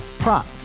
Prop